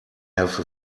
have